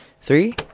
Three